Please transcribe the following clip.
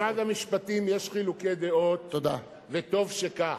במשרד המשפטים יש חילוקי דעות וטוב שכך,